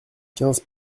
quinze